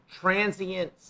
Transient